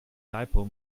dipole